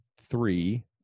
three